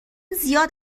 زیاد